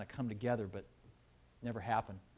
ah come together, but never happened.